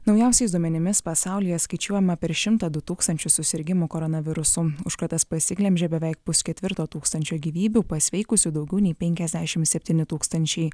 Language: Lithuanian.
naujausiais duomenimis pasaulyje skaičiuojama per šimtą du tūkstančius susirgimų koronavirusu užkratas pasiglemžė beveik pusketvirto tūkstančio gyvybių pasveikusių daugiau nei penkiasdešimt septyni tūkstančiai